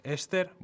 Esther